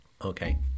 Okay